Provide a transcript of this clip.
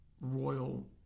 royal